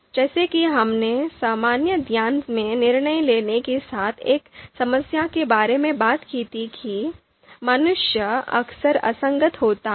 जैसा कि हमने सामान्य ज्ञान में निर्णय लेने के साथ एक समस्या के बारे में बात की थी कि मनुष्य अक्सर असंगत होता है